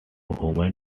human